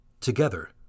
Together